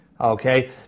okay